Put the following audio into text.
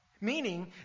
Meaning